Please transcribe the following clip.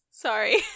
sorry